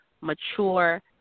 mature